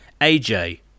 AJ